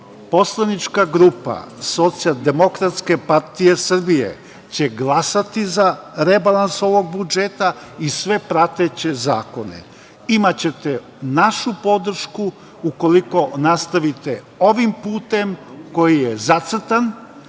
poslanička grupa Socijaldemokratske partije Srbije će glasati za rebalans ovog budžeta i sve prateće zakone. Imaćete našu podršku, ukoliko nastavite ovim putem koji je zacrtan,